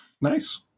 nice